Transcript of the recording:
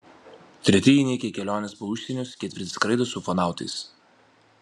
treti įnikę į keliones po užsienius ketvirti skraido su ufonautais